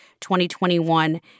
2021